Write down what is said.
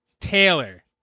Taylor